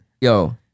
yo